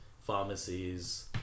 pharmacies